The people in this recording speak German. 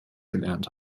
gelernt